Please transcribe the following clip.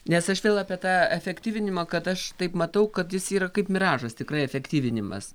nes aš vėl apie tą efektyvinimą kad aš taip matau kad jis yra kaip miražas tikrai efektyvinimas